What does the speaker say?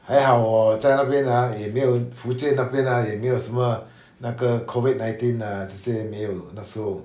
还好我在那边 ah 也没有福建那边 ah 也没有什么那个 COVID nineteen ah 这些没有那时候